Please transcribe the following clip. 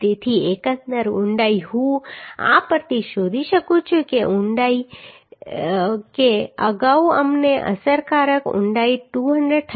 તેથી એકંદર ઊંડાઈ હું આ પરથી શોધી શકું છું કે અગાઉ અમને અસરકારક ઊંડાઈ 231